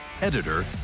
editor